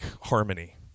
harmony